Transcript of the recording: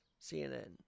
CNN